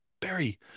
Barry